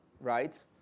right